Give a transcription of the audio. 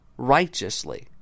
righteously